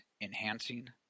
enhancing